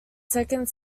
second